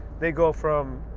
they go from,